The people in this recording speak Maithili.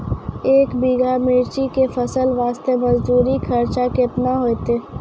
एक बीघा मिर्ची के फसल वास्ते मजदूरी खर्चा केतना होइते?